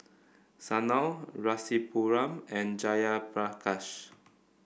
Sanal Rasipuram and Jayaprakash